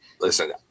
listen